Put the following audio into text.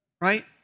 Right